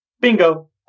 Bingo